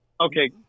Okay